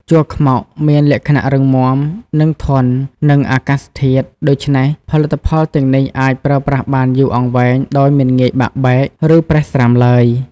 ជ័រខ្មុកមានលក្ខណៈរឹងមាំ និងធន់នឹងអាកាសធាតុ ដូច្នេះ ផលិតផលទាំងនេះអាចប្រើប្រាស់បានយូរអង្វែងដោយមិនងាយបាក់បែក ឬប្រេះស្រាំឡើយ។